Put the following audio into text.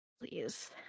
Please